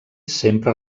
sempre